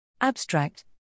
Abstract